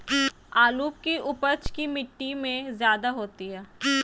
आलु की उपज की मिट्टी में जायदा होती है?